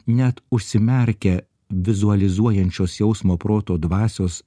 net užsimerkę vizualizuojančios jausmo proto dvasios